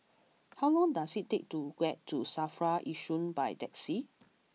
how long does it take to get to Safra Yishun by taxi